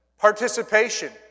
participation